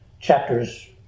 chapters